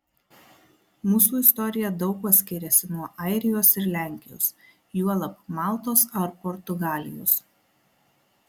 mūsų istorija daug kuo skiriasi nuo airijos ir lenkijos juolab maltos ar portugalijos